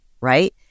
right